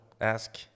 ask